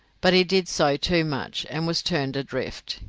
but he did so too much and was turned adrift.